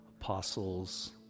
apostles